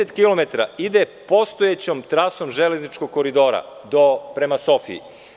Deset kilometara ide postojećom trasom železničkog koridora do prema Sofiji.